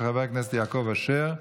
של חבר הכנסת יעקב אשר.